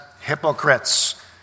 hypocrites